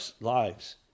lives